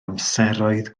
amseroedd